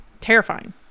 Terrifying